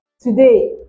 Today